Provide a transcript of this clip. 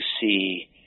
see